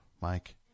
Mike